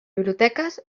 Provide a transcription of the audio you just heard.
biblioteques